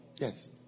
Yes